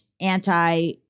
anti